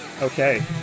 Okay